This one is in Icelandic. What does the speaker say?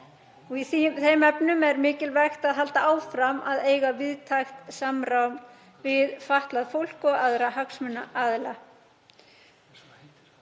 þeim efnum er mikilvægt að halda áfram að eiga víðtækt samráð við fatlað fólk og aðra hagsmunaaðila.